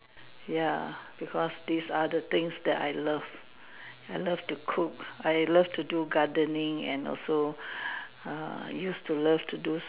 ya because these are the things that I love I love to cook I love to do gardening and also uh used to love to do